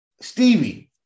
Stevie